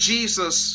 Jesus